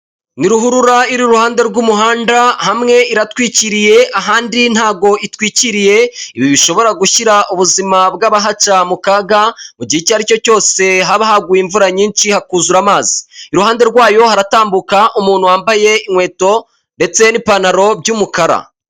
Ni ruhurura iri iruhande rw'umuhanda, hamwe iratwikiriye ahandi ntabwo itwikiriye, ibi bishobora gushyira ubuzima bw'abahaca mu kaga, mu igihe icyo aricyo cyose haba haguye imvura nyinshi hakuzura amazi, iruhande rwayo haratambuka umuntu wambaye inkweto ndetse n'ipantaro by'umukara.